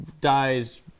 dies